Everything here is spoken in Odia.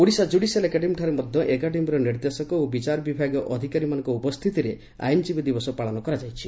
ଓଡ଼ିଶା କୁଡ଼ିସିଆଲ୍ ଏକାଡେମୀଠାରେ ମଧ୍ଧ ଏକାଡେମୀର ନିର୍ଦ୍ଦେଶକ ଓ ବିଚାର ବିଭାଗୀୟ ଅଧିକାରୀମାନଙ୍କ ଉପସ୍ତିତିରେ ଆଇନଜୀବୀ ଦିବସ ପାଳନ କରାଯାଇଛି